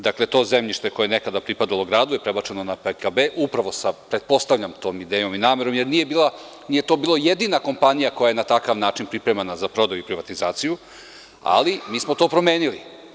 Dakle, to zemljište koje je nekada pripadalo gradu je prebačeno na PKB, upravo sa pretpostavljam tom idejom i namerom, jer nije to bila jedina kompanija koja je na takav način pripremana za prodaju i privatizaciju, ali mi smo to promenili.